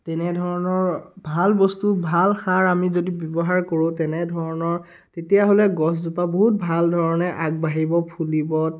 তেনেধৰণৰ ভাল বস্তু ভাল সাৰ আমি যদি ব্যৱহাৰ কৰোঁ তেনেধৰণৰ তেতিয়াহ'লে গছজোপা বহুত ভাল ধৰণে আগবাঢ়িব ফুলিব